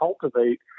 cultivate